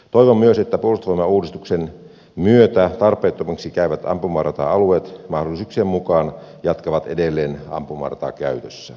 toivon myös että puolustusvoimauudistuksen myötä tarpeettomiksi käyvät ampumarata alueet mahdollisuuksien mukaan jatkavat edelleen ampumaratakäytössä